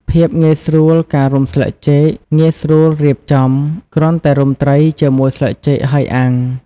ភាពងាយស្រួលការរុំស្លឹកចេកងាយស្រួលរៀបចំ គ្រាន់តែរុំត្រីជាមួយស្លឹកចេកហើយអាំង។